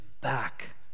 back